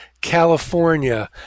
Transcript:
California